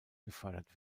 gefördert